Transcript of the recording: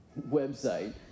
website